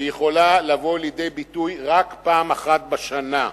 והיא יכולה לבוא לידי ביטוי רק פעם אחת בשנה.